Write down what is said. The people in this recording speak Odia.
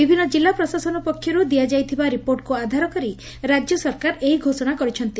ବିଭିନ୍ନ ଜିଲ୍ଲା ପ୍ରଶାସନ ପକ୍ଷରୁ ଦିଆଯାଇଥିବା ରିପୋର୍ଚକୁ ଆଧାର କରି ରାଜ୍ୟ ସରକାର ଏହି ଘୋଷଣା କରିଛନ୍ତି